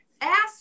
Ask